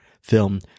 film